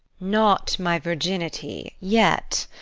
not my virginity yet.